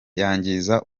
yangiza